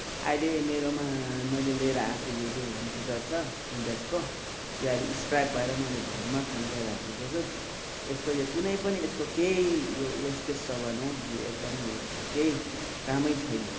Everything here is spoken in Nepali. अहिले मेरो मैले लिएर आएको यो जो होम थिएटर छ इन्टेक्सको यो अहिले स्क्राप भएर मैले घरमा थन्काएर राखेको छु यसको यो कुनै पनि यसको केही यो वेस्टेज सामान हो यो एकदमै यसको केही कामै छैन